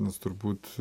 nes turbūt